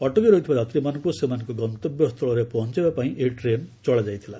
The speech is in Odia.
ଅଟକି ରହିଥିବା ଯାତ୍ରୀମାନଙ୍କୁ ସେମାନଙ୍କ ଗନ୍ତବ୍ୟ ସ୍ଥଳରେ ପହଞ୍ଚାଇବା ପାଇଁ ଏହି ଟ୍ରେନ୍ ଚଳାଯାଇଥିଲା